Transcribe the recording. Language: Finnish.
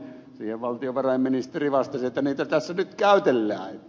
siihen valtiovarainministeri vastasi että niitä tässä nyt käytellään